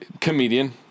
comedian